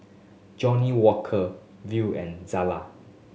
Johnnie Walker Viu and Zala